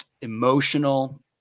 emotional